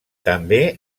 també